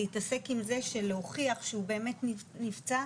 להתעסק עם זה של להוכיח שהוא באמת נפצע,